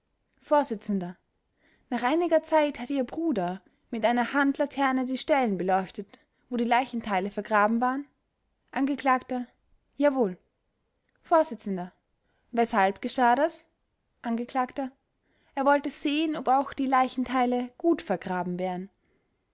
vors nach einiger zeit hat ihr bruder mit einer handlaterne die stellen beleuchtet wo die leichenteile vergraben waren angekl jawohl vors weshalb geschah das angekl er wollte sehen ob auch die leichenteile gut vergraben wären